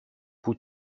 που